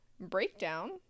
breakdown